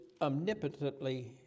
omnipotently